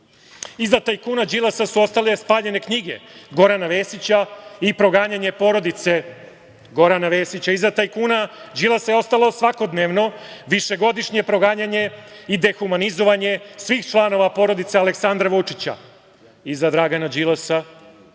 tajkuna Đilasa su ostale spaljene knjige Gorana Vesića i proganjanje porodice Gorana Vesića. Iza tajkuna Đilasa je ostalo svakodnevno, višegodišnje proganjanje i dehumanizovanje svih članova porodice Aleksandra Vučića. Iza Dragana Đilasa,